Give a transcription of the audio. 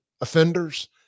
offenders